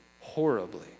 horribly